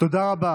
תודה רבה